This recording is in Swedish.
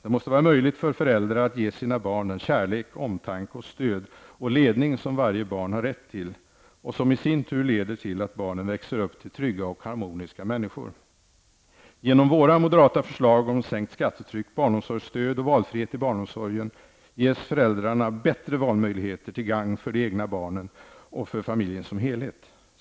Det måste vara möjligt för föräldrar att ge sina barn den kärlek, omtanke, stöd och ledning, som varje barn har rätt till, och som i sin tur leder till att barnen växer upp till trygga och harmoniska människor. Genom våra moderata förslag om sänkt skattetryck, barnomsorgsstöd och valfrihet i barnomsorgen ges föräldrarna bättre valmöjligheter till gagn för de egna barnen och för familjen som helhet.